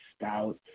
stout